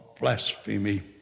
blasphemy